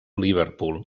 liverpool